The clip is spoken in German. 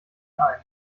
klein